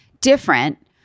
Different